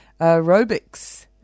aerobics